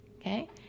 okay